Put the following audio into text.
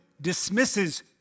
dismisses